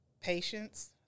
patience